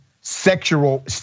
sexual